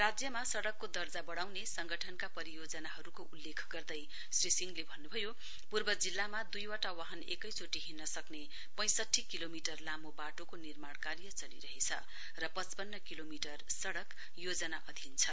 राज्यमा सड़कको दर्जा बढ़ाउने परियोजनाहरुको उल्लेख गर्दै श्रऎ सिंहले भन्नुभयो पूर्व जिल्लामा दुईवटा वाहन एकैचोटि हिइन सक्ने पैंसठी किलोमिटर लामो वाटोको निर्माण कार्य चलिरहेछ र पचपन्न किलोमिटर वाटोका योजना अधिन छ